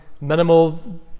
minimal